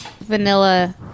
vanilla